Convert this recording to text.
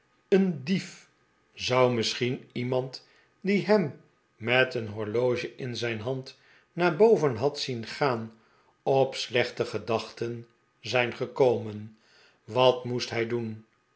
een diet zou misschien iemand die hem met een horloge in zijn hand naar boven had zien gaan op slechte gedachten zijn gekomen wat raoest hij doen